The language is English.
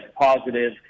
positive